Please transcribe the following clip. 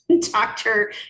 doctor